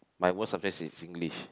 my worst subject is Singlish